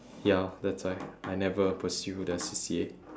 ya that's why I never pursue that C_C_A